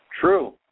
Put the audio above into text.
True